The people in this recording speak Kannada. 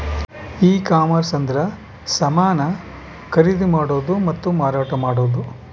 ಈ ಕಾಮರ್ಸ ಅಂದ್ರೆ ಸಮಾನ ಖರೀದಿ ಮಾಡೋದು ಮತ್ತ ಮಾರಾಟ ಮಾಡೋದು